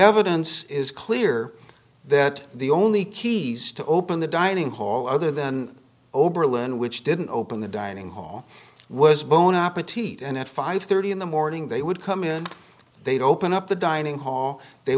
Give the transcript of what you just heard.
evidence is clear that the only keys to open the dining hall other than oberlin which didn't open the dining hall was blown up or to eat and at five thirty in the morning they would come in they'd open up the dining hall they